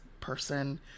person